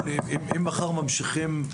אם מחר ממשיכים,